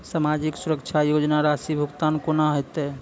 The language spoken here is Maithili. समाजिक सुरक्षा योजना राशिक भुगतान कूना हेतै?